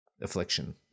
affliction